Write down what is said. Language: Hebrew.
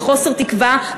בחוסר תקווה,